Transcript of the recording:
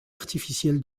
artificiel